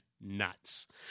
nuts